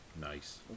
Nice